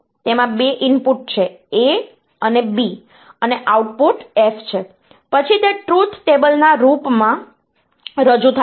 તેમાં 2 ઇનપુટ છે A અને B અને આઉટપુટ F છે પછી તે ટ્રુથ ટેબલ ના રૂપમાં રજૂ થાય છે